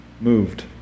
moved